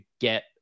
get